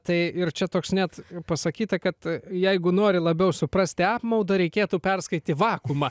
tai ir čia toks net pasakyta kad jeigu nori labiau suprasti apmaudą reikėtų perskaityti vakuumą